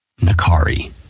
Nakari